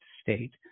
state